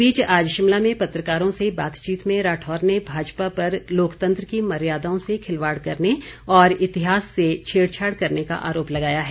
इस बीच आज शिमला में पत्रकारों से बातचीत में राठौर ने भाजपा पर लोकतंत्र की मर्यादाओं से खिलवाड़ करने और इतिहास से छेड़छाड़ करने का आरोप लगाया है